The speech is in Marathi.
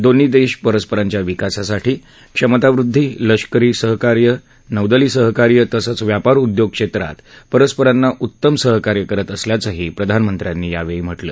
दोन्ही देश परस्परांच्या विकासासाठी क्षमतावृद्धी लष्करी आणि नौदलीय सहकार्य तसंच व्यापार उद्योग क्षेत्रात परस्परांना उत्तम सहकार्य करत असल्याचंही प्रधानमंत्र्यांनी यावेळी म्हटलं